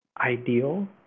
ideal